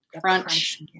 Crunch